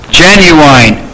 genuine